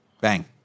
Bang